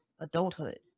adulthood